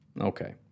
Okay